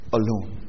alone